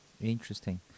Interesting